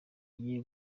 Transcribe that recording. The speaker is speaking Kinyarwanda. agiye